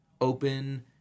open